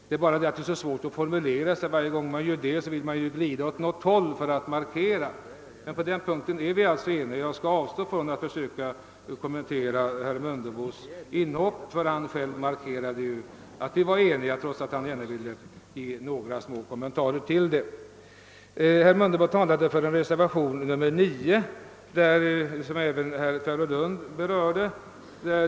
Det är bara så svårt att formulera den saken. Varje gång man försöker göra det, vill man glida åt något håll för att markera vad man avser. Eftersom vi är eniga, skall jag emellertid avstå från att kommentera herr Mundebos uttalande. Han anförde ju som sagt själv att vi var eniga, men han ville i alla fall ge några små kommentarer i frågan. Herr Mundebo talade för reservation 9, som även herr Nilsson i Tvärålund berörde.